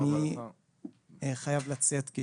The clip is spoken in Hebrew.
ואני חייב לצאת.